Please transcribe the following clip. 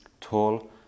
tall